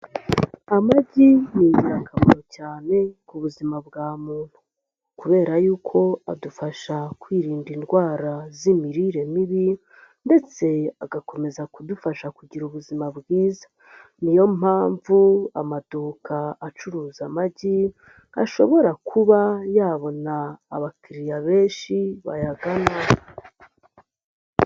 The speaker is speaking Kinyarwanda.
Amagi ni ingirakamaro cyane ku buzima bwa muntu kubera y'uko adufasha kwirinda indwara z'imirire mibi ndetse agakomeza kudufasha kugira ubuzima bwiza niyo mpamvu amaduka acuruza amagi ashobora kuba yabona abakiriya benshi bayagana.